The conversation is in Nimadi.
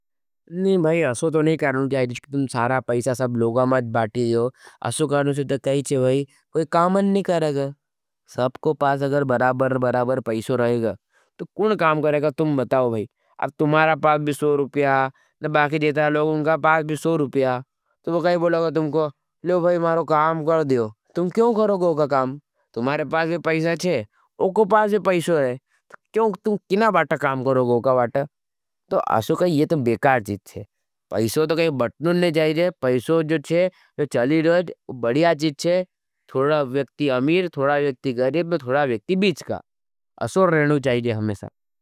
नहीं भाई, असो तो नहीं करनूँ चाहिए कि तुम सारा पैसा सब लोगा माँच बाती देओ। असो करनूँ से तो कही चे भाई कोई कामन नहीं करेगा। सबको पास अगर बराबर बराबर पैसो रहेगा। तो कुन काम करेगा तुम बताओ भाई। अब तुमारा पास भी सो रुपिया ना बाकि जेता लोग उनका पास भी सो रुपिया तो वो कही बोलागा तुमको लेओ भाई मारो काम कर देओ। तुम क्यों करोगा उका काम। तुमारे पास भी पैसा छे उको पास भी पैसो रहे तुम किना बाता काम करोगा उका बाता। तो आशो कही ये तो बेकार चीज़ हज। पैसो तो कही बतनों नहीं चाहिए पैसो जो छे तो चली रहे। वो बढ़िया चीज़ हज। थोड़ा व्यक्ति अमीर, थोड़ा व्यक्ति गरीब, थोड़ा व्यक्ति बीच का असोर रहनों चाहिए हमसा।